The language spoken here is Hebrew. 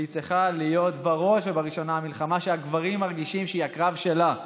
והיא צריכה להיות בראש ובראשונה מלחמה שהגברים מרגישים שהיא הקרב שלהם,